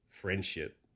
friendship